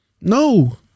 No